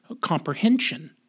comprehension